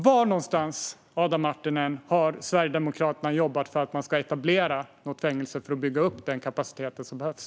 Var någonstans, Adam Marttinen, har Sverigedemokraterna jobbat för att man ska etablera något fängelse för att bygga upp den kapacitet som behövs?